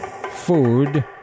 Food